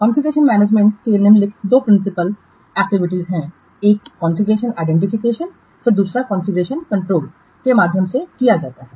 configuration management निम्नलिखित दो principal activities है एक कॉन्फ़िगरेशन आईडेंटिफिकेशन फिर दूसरा कॉन्फ़िगरेशन कंट्रोल के माध्यम से किया जाता है